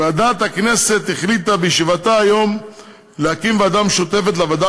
ועדת הכנסת החליטה בישיבתה היום להקים ועדה משותפת לוועדה